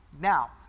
Now